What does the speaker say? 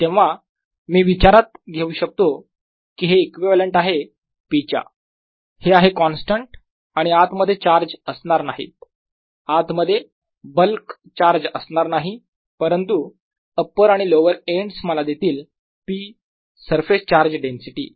तेव्हा मी विचारात घेऊ शकतो की हे इक्विवलेंट आहे p च्या हे आहे कॉन्स्टंट आणि आत मध्ये चार्ज असणार नाहीत आत मध्ये बल्क चार्ज असणार नाही परंतु अपर आणि लोवर एंड्स मला देतील p सरफेस चार्ज डेन्सिटी